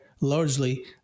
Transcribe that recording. largely